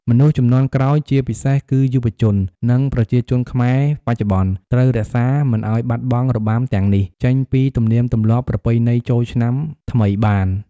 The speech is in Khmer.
មនុស្សជំនាន់ក្រោយ ជាពិសេសគឺយុវជន និងប្រជាជនខ្មែរបច្ចុប្បន្ន ត្រូវរក្សាមិនឲ្យបាត់បង់របាំទាំងនេះ ចេញពីទំនៀមទម្លាប់ប្រពៃណីចូលឆ្នាំថ្មីបាន។